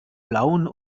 blauen